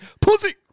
Pussy